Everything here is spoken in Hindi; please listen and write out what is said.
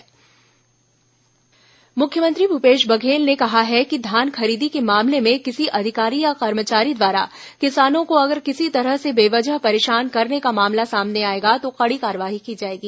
मुख्यमंत्री धान सीएस निरीक्षण मुख्यमंत्री भूपेश बघेल ने कहा है कि धान खरीदी के मामले में किसी अधिकारी या कर्मचारी द्वारा किसानों को अगर किसी तरह से बेवजह परेशान करने का मामला सामने आएगा तो कड़ी कार्रवाई की जाएगी